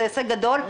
זה הישג גדול,